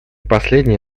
последнее